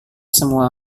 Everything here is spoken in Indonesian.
semua